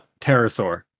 Pterosaur